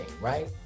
right